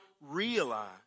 realize